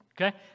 okay